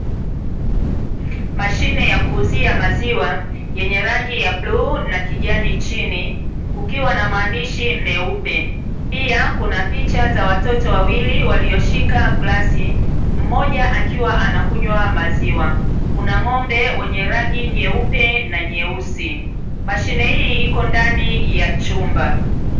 Mashine ya kuuzia maziwa, yenye rangi ya bluu na kijani chini kukiwa na maandishi meupe. Pia kuna picha za watoto wawili walioshika glasi, mmoja akiwa anakunywa maziwa. Kuna ng'ombe wenye rangi nyeupe na nyeusi. Mashine hii iko ndani ya chumba.